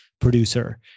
producer